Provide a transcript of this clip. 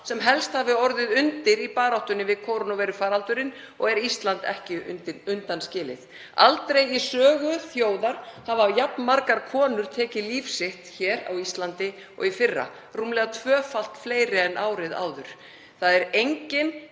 sem helst hafi orðið undir í baráttunni við kórónuveirufaraldurinn og er Ísland ekki undanskilið. Aldrei í sögu þjóðar hafa jafn margar konur tekið líf sitt hér á Íslandi og í fyrra, rúmlega tvöfalt fleiri en árið áður. Það er enginn